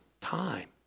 time